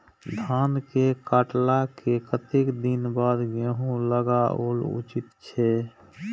धान के काटला के कतेक दिन बाद गैहूं लागाओल उचित छे?